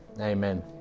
Amen